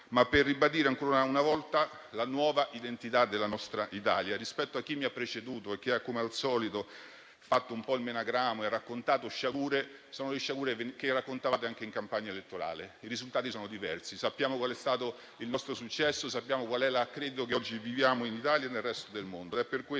ma per ribadire, ancora una volta, la nuova identità della nostra Italia. Rispetto a chi mi ha preceduto e che, come al solito, ha fatto un po' il menagramo e raccontato sciagure, dico che sono le stesse che raccontavate anche in campagna elettorale. I risultati sono diversi: sappiamo qual è stato il nostro successo e sappiamo qual è l'accredito di cui oggi godiamo in Italia e nel resto del mondo.